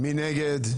מי נגד?